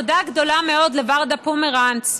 תודה גדולה מאד לוורדה פומרנץ.